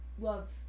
love